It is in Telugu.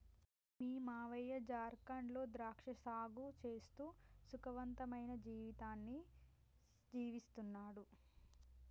మీ మావయ్య జార్ఖండ్ లో ద్రాక్ష సాగు చేస్తూ సుఖవంతమైన జీవితాన్ని జీవిస్తున్నాడు